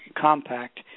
compact